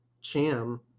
Cham